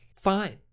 fine